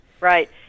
right